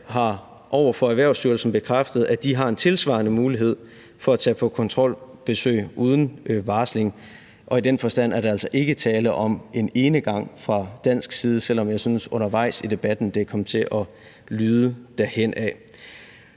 over for Erhvervsstyrelsen har bekræftet, at de har en tilsvarende mulighed for at tage på kontrolbesøg uden varsling. I den forstand er der altså ikke tale om en enegang fra dansk side, selv om jeg synes, at det undervejs i debatten kom til at lyde derhenad.